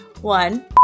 one